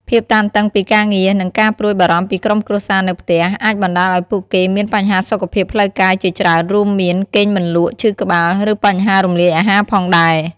ភាពតានតឹងពីការងារ និងការព្រួយបារម្ភពីក្រុមគ្រួសារនៅផ្ទះ អាចបណ្ដាលឲ្យពួកគេមានបញ្ហាសុខភាពផ្លូវកាយជាច្រើនរួមមាន គេងមិនលក់ ឈឺក្បាល ឬបញ្ហារំលាយអាហារផងដែរ។